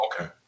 Okay